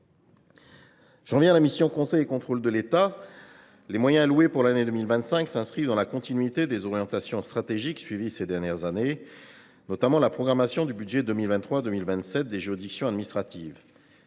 J’en viens à la mission « Conseil et contrôle de l’État ». Les moyens qui lui sont alloués pour l’année 2025 s’inscrivent dans la continuité des orientations stratégiques suivies ces dernières années, notamment dans la programmation du budget 2023 2027 des juridictions administratives.